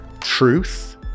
truth